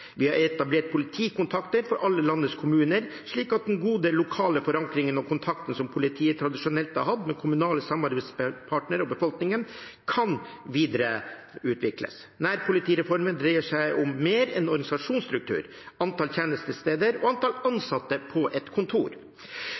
Vi har etablert politikontakter for alle landets kommuner, slik at den gode, lokale forankringen og kontakten som politiet tradisjonelt har hatt med kommunale samarbeidspartnere og befolkning, kan videreutvikles. Nærpolitireformen dreier seg om mer enn organisasjonsstruktur, antall tjenestesteder og antall ansatte på et kontor.